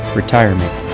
retirement